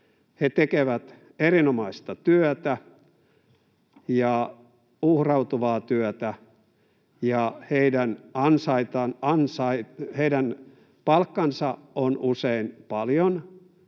He tekevät erinomaista työtä ja uhrautuvaa työtä, ja heidän palkkansa on usein paljon